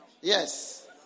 Yes